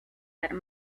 that